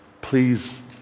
please